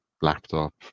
laptop